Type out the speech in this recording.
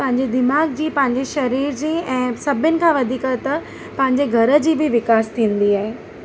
पंहिंजे दिमाग़ जी पंहिंजे शरीर जी ऐं सभिनि खां वधीक त पंहिंजे घर जी बि विकासु थींदी आहे